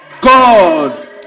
God